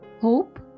hope